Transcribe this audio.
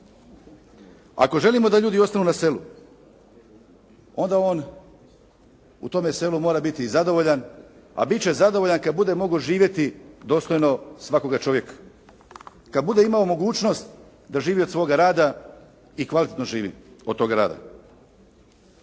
Ako želimo da ljudi ostanu na selu, onda on u tome selu mora biti i zadovoljan, a bit će zadovoljan kad bude mogao živjeti dostojno svakoga čovjeka, kad bude imao mogućnost da živi od svoga rada i kvalitetno živi od tog rada.